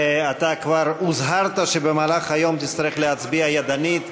אתה כבר הוזהרת שבמהלך היום תצטרך להצביע ידנית,